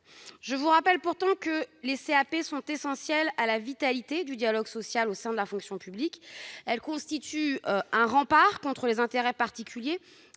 administratives paritaires sont pourtant essentielles à la vitalité du dialogue social au sein de la fonction publique. Elles constituent un rempart contre les intérêts particuliers